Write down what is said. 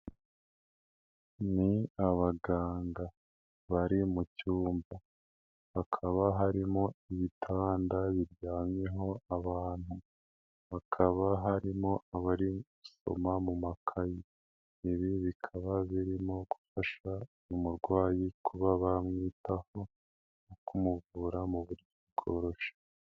Ni abaganga bari mu cyumba hakaba harimo ibitanda biryamyeho abantu, bakaba harimo abari gusoma mu makayi, ibi bikaba birimo gufasha umurwayi kuba bamwitaho no kumuvura mu buryo bworoshye.